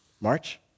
March